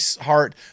heart